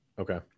Okay